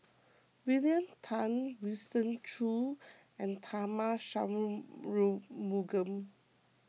William Tan Winston Choos and Tharman